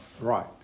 right